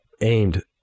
aimed